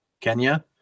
Kenya